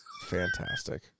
Fantastic